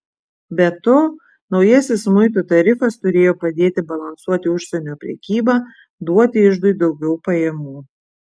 be to naujasis muitų tarifas turėjo padėti balansuoti užsienio prekybą duoti iždui daugiau pajamų